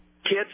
Kids